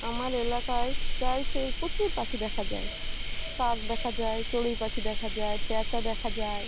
আমার এলাকায় প্রায়শই প্রচুর পাখি দেখা যায় কাক দেখা যায় চড়ই পাখি দেখা যায় প্যাঁচা দেখা যায়